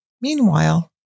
Meanwhile